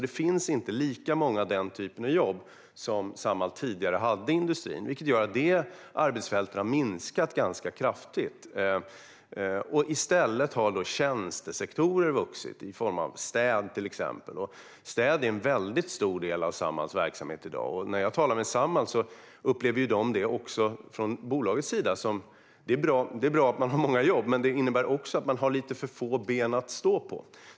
Det finns därför inte lika många jobb av den typen som Samhall tidigare hade i industrin, vilket gör att detta arbetsfält har minskat ganska kraftigt. I stället har tjänstesektorerna vuxit i form av till exempel städ. Städ är en mycket stor del av Samhalls verksamhet i dag. När jag talar med Samhall upplever bolaget också från sin sida att det är bra att man har många jobb men att det också innebär att man har lite för få ben att stå på.